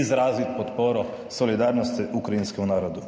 izraziti podporo solidarnosti ukrajinskemu narodu.